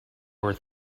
were